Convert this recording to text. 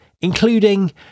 including